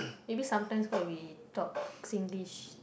maybe sometimes when we talk Singlish